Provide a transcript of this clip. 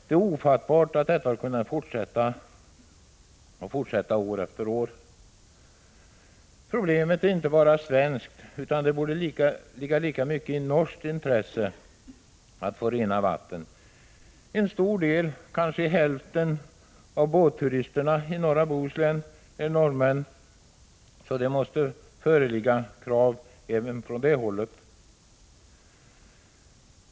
Det är ofattbart att detta har kunnat få fortsätta år efter år. Problemet är inte bara svenskt, utan det borde ligga lika mycket i norskt intresse att få rena vatten. En stor del, kanske hälften, av båtturisterna i 21 Prot. 1985/86:140 norra Bohuslän är norrmän, så det måste föreligga krav även från det hållet.